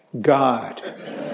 God